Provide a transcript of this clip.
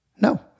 No